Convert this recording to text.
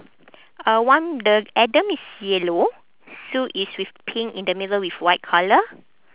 uh one the adam is yellow sue is with pink in the middle with white colour